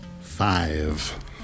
Five